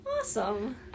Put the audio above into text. Awesome